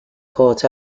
caught